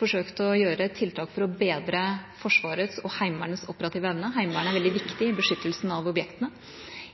forsøkt å iverksette tiltak for å bedre Forsvarets og Heimevernets operative evne. Heimevernet er veldig viktig for beskyttelsen av objektene.